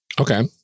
Okay